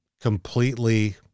completely